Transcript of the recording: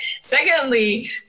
Secondly